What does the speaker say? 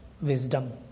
wisdom